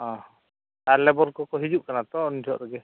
ᱦᱮᱸ ᱟᱨ ᱞᱮᱵᱟᱨ ᱠᱚᱠᱚ ᱦᱤᱡᱩᱜ ᱠᱟᱱᱟ ᱛᱚ ᱩᱱ ᱡᱚᱦᱚᱜ ᱨᱮᱜᱮ